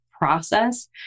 process